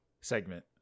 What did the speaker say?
Segment